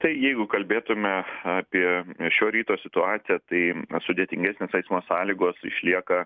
tai jeigu kalbėtume apie šio ryto situaciją tai sudėtingesnės eismo sąlygos išlieka